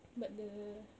but the